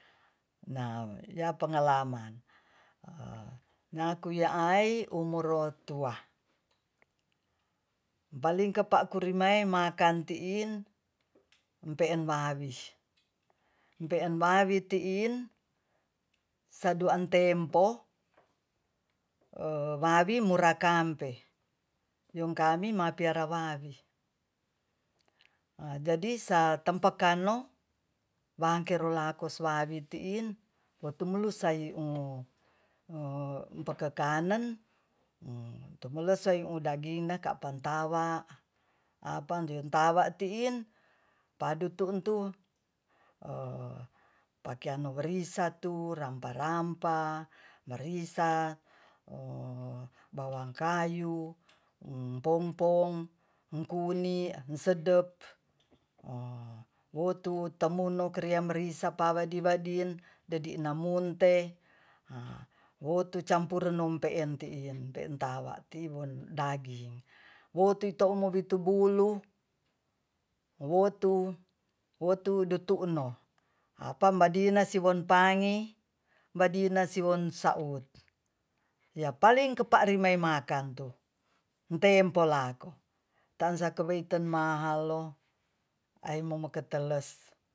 Na ya pengalaman e naku yaai umuro tua balingkepa kurimae makang tiin empeen wabis empeen wabi tiin saduaan tempo wabi murakampe yung kami mapiara babi jadi patempakano bangkeroslaku babi tiin wotungmulu saimo e pepengkanen tungmelosai tudagingna kapantawa apa jo watiin padu tuntu pakeyan norisatu rampa-rampa merisa bawang kayu pom-pom mengkuni angsedep wotu temuno kriam merisa pawedi wadin dedi namunte wotu campurne powun tiin peentawatin won daging wotu toimotubulu wotu wotu de tu'no apa madina siwonpangi madina siwon saut ya paling yaparinai makang tu etempo lako taansakoiweiten mahallo aimoma keteles